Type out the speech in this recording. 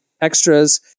extras